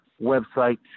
website